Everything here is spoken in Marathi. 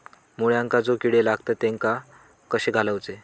मुळ्यांका जो किडे लागतात तेनका कशे घालवचे?